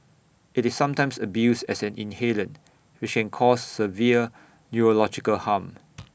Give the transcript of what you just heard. IT is sometimes abused as an inhalant which can cause severe neurological harm